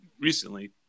recently